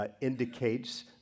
indicates